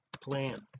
plan